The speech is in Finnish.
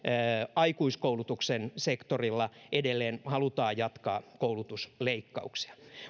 aikuiskoulutuksen sektorilla edelleen halutaan jatkaa koulutusleikkauksia